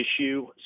issue